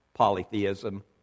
polytheism